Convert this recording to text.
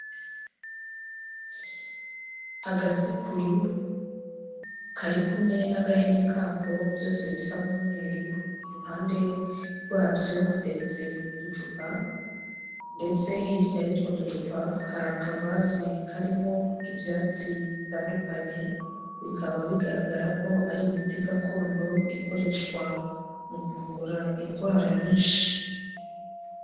Agasekuru kari kumwe n'agahini kako byose bisa nk'umweru, iruhande rwabyo hateretse uducupa ndetse hirya y'utwo ducupa hari akavazi karimo ibyatsi bitandukanye, bikaba bigaragara ko ari imiti gakondo ikoreshwa mu kuvura indwara nyinshi.